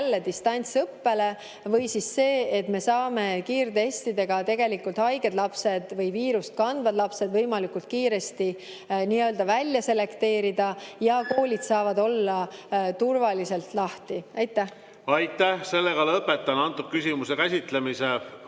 või siis see, et me saame kiirtestidega haiged lapsed või viirust kandvad lapsed võimalikult kiiresti välja selekteerida ja koolid saavad olla turvaliselt lahti. Aitäh! Lõpetan selle küsimuse käsitlemise.